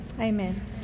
Amen